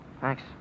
Thanks